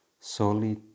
solid